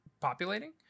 populating